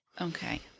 Okay